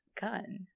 Gun